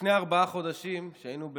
לפני ארבעה חודשים, כשהיינו,